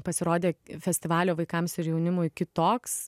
pasirodė festivalio vaikams ir jaunimui kitoks